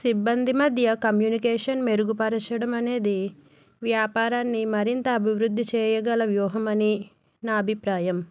సిబ్బంది మధ్య కమ్యూనికేషన్ మెరుగుపరచడం అనేది వ్యాపారాన్ని మరింత అభివృద్ధి చేయగల వ్యూహమనీ నా అభిప్రాయం